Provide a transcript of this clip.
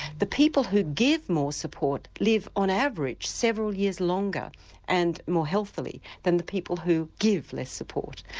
the people who give more support live on average several years longer and more healthily than the people who give less support.